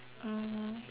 mmhmm